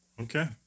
Okay